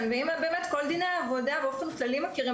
כל דיני העבודה באופן כללי מכירים